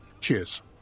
Cheers